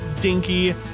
dinky